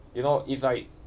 you know it's like